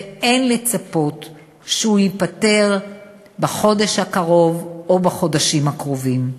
ואין לצפות שהבעיה תיפתר בחודש הקרוב או בחודשים הקרובים.